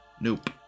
Nope